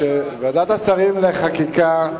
אמרתי שוועדת השרים לענייני חקיקה,